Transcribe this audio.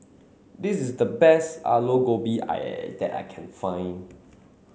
this is the best Aloo Gobi that I can find